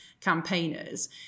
campaigners